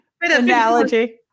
Analogy